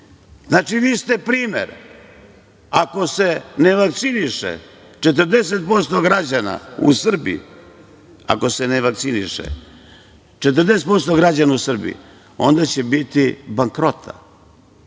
Dobro. Znači, vi ste primer, ako se ne vakciniše 40% građana u Srbiji, onda će biti bankrota,